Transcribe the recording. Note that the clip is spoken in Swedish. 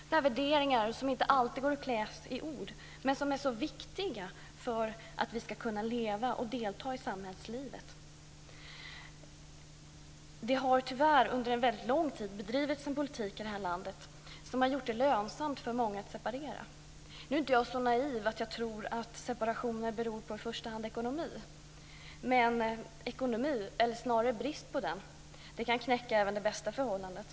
Det är värderingar som inte alltid går att klä i ord men som är så viktiga för att vi ska kunna leva och delta i samhällslivet. Det har tyvärr under en lång tid bedrivits en politik i det här landet som har gjort det lönsamt för många att separera. Nu är inte jag så naiv att jag tror att separationer beror på i första hand ekonomi. Men ekonomi eller snarare brist på den kan knäcka även det bästa förhållandet.